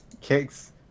kicks